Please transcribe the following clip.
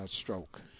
stroke